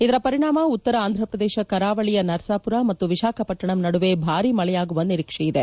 ಇದರ ಪರಿಣಾಮ ಉತ್ತರ ಆಂಧ್ರಪ್ರದೇಶ ಕರಾವಳಿಯ ನರಸಾಪುರ ಮತ್ತು ವಿಶಾಖಪಟ್ಟಣಂ ನಡುವೆ ಭಾರೀ ಮಳೆಯಾಗುವ ನಿರೀಕ್ಷೆಯಿದೆ